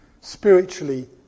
Spiritually